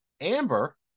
amber